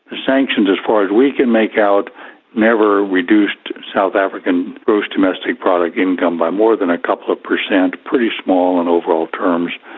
sanctions as far as we can make out never reduced south african gross domestic product income by more than a couple of per cent pretty small in overall terms.